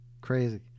Crazy